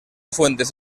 fuentes